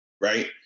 right